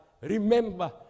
remember